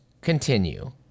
continue